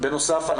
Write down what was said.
בנוסף,